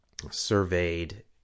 surveyed